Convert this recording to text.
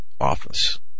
office